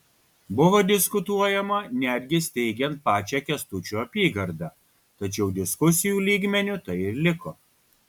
buvo diskutuojama netgi steigiant pačią kęstučio apygardą tačiau diskusijų lygmeniu tai ir liko